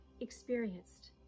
experienced